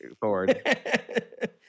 forward